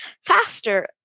faster